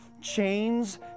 chains